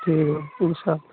ٹھیک ہے ان شاء اللہ